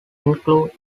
include